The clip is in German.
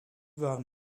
waren